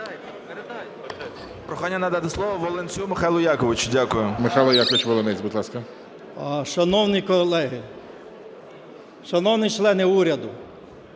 Прохання надати слово Волинцю Михайлу Яковичу. Дякую.